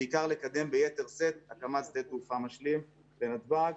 ובעיקר לקדם ביתר שאת הקמת שדה תעופה משלים בנתב"ג.